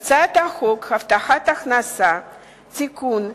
את הצעת חוק הבטחת הכנסה (תיקון,